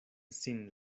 sin